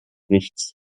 nichts